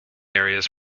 areas